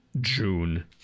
June